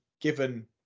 given